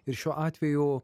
ir šiuo atveju